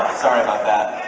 sorry about that.